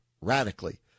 radically